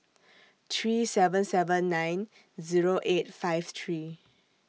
three seven seven nine Zero eight five three